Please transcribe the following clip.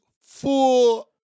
full